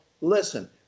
listen